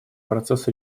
процесс